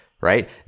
right